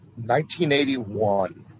1981